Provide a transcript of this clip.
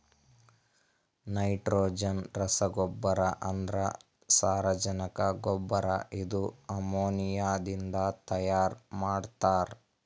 nitrogen ರಸಗೊಬ್ಬರ ಅಂದ್ರ ಸಾರಜನಕ ಗೊಬ್ಬರ ಇದು ಅಮೋನಿಯಾದಿಂದ ತೈಯಾರ ಮಾಡ್ತಾರ್